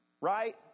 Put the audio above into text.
Right